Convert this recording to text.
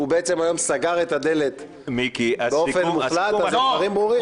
בעצם היום סגר את הדלת באופן מוחלט והדברים ברורים.